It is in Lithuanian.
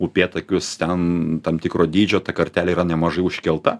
upėtakius ten tam tikro dydžio ta kartelė yra nemažai užkelta